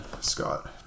Scott